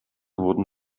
wurden